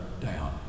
down